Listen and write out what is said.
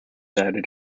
added